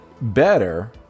better